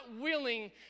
willing